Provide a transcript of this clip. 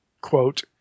quote